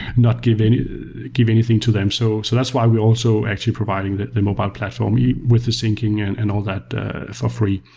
not give anything give anything to them. so so that's why we also actually provide and the mobile platform yeah with the syncing and and all that for free.